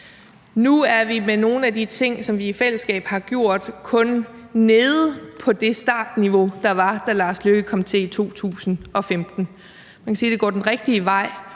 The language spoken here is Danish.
Nu er vi med nogle af de ting, som vi i fællesskab har gjort, kun nede på det startniveau, der var, da Lars Løkke Rasmussen kom til i 2015. Man kan sige, at det går den rigtige vej,